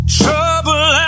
trouble